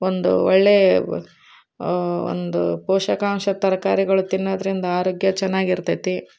ಒಂದು ಒಳ್ಳೆಯ ಒಂದು ಪೋಷಕಾಂಶ ತರಕಾರಿಗಳು ತಿನ್ನೋದರಿಂದ ಆರೋಗ್ಯ ಚೆನ್ನಾಗಿರ್ತೈತಿ